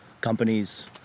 companies